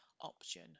option